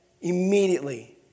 immediately